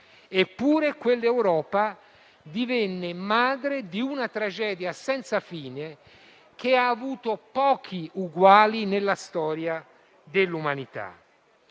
Eppure, quell'Europa divenne madre di una tragedia senza fine, che ha avuto pochi uguali nella storia dell'umanità.